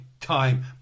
time